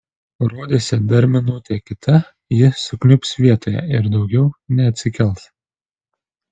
rodėsi dar minutė kita ji sukniubs vietoje ir daugiau neatsikels